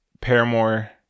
Paramore